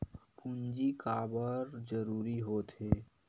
पूंजी का बार जरूरी हो थे?